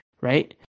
right